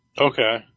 Okay